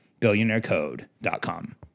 BillionaireCode.com